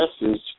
message